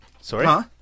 Sorry